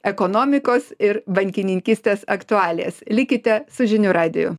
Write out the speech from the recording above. ekonomikos ir bankininkystės aktualijas likite su žinių radiju